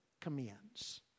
commends